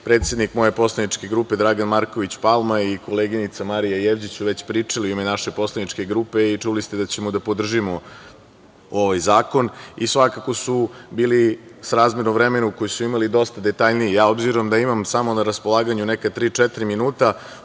predsednik moje poslaničke grupe Dragan Marković Palma i koleginica Marija Jevđić su već pričali u ime naše poslaničke grupe i čuli ste već da ćemo da podržimo ovaj zakona. Svakako su bili srazmerno vremenu koje su imali dosta detaljniji. Ja obzirom da imam samo na raspolaganju neka tri,